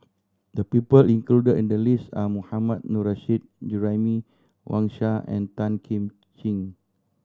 the people included in the list are Mohammad Nurrasyid Juraimi Wang Sha and Tan Kim Ching